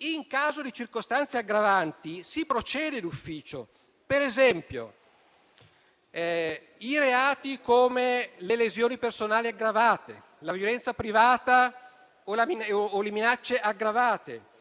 in caso di circostanze aggravanti si procede d'ufficio. Per esempio, le lesioni personali aggravate, la violenza privata o le minacce aggravate;